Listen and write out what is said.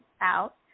Out